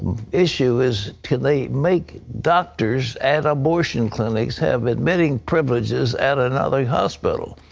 issue is, can they make doctors at abortion clinics have admitting privileges at another hospital.